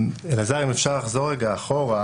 אלעזר, אם אפשר לחזור רגע אחורה,